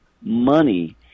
money